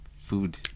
food